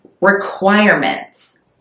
requirements